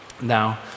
Now